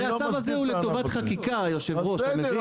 הרי הצו הזה הוא לטובת חקיקה היושב ראש אתה מבין.